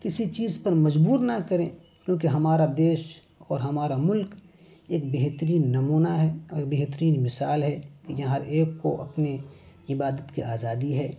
کسی چیز پر مجبور نہ کریں کیونکہ ہمارا دیش اور ہمارا ملک ایک بہترین نمونہ ہے اور بہترین مثال ہے کہ یہاں ہر ایک کو اپنے عبادت کی آزادی ہے